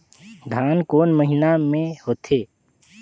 धान कोन महीना मे होथे?